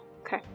Okay